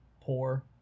poor